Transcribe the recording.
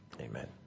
Amen